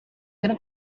gonna